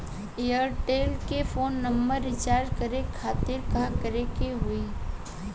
Airtel के phone number recharge करे के खातिर का करे के होई?